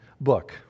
book